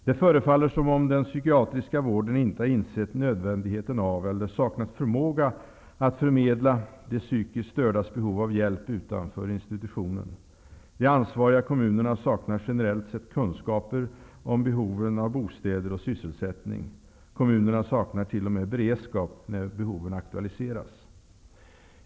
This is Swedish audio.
Det förefaller som om den psykiatriska vården inte har insett nödvändigheten av eller saknat förmåga att förmedla de psykiskt stördas behov av hjälp utanför institutionen. De ansvariga kommunerna saknar generellt sett kunskaper om behoven av bostäder och sysselsättning. Kommunerna saknar t.o.m. beredskap när behoven aktualiseras.